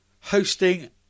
hosting